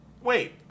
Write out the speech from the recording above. Wait